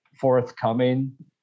forthcoming